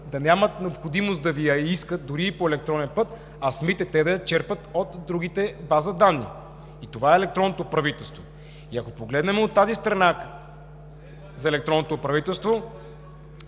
да нямат необходимост да Ви я искат, дори и по електронен път, а самите те да я черпят от другите бази-данни. И това е електронното правителство. И ако погледнем от тази страна за електронното правителство...